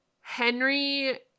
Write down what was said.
Henry